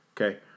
Okay